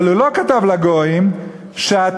אבל הוא לא כתב לגויים שאתם,